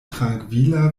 trankvila